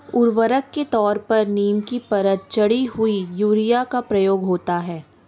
उर्वरक के तौर पर नीम की परत चढ़ी हुई यूरिया का प्रयोग होता है